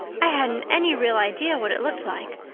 i hadn't any real idea what it looked like.